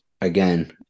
again